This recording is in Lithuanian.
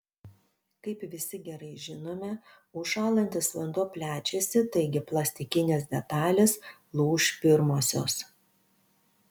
kaip visi gerai žinome užšąlantis vanduo plečiasi taigi plastikinės detalės lūš pirmosios